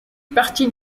partie